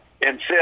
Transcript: insist